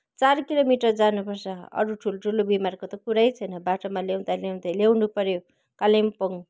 चार किलोमिटर जानुपर्छ अरू ठुल्ठुलो बिमारको त कुरै छैन बाटोमा ल्याउँदा ल्याउँदै ल्याउनुपऱ्यो कालिम्पोङ